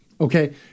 Okay